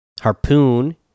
harpoon